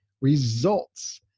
results